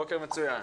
בוקר מצוין.